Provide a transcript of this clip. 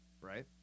right